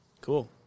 Cool